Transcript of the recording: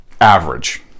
average